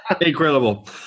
Incredible